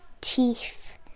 teeth